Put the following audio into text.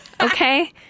Okay